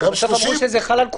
אמרו שזה חל על כולם.